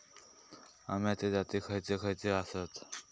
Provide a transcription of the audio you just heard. अम्याचे जाती खयचे खयचे आसत?